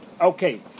Okay